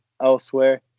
elsewhere